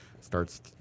starts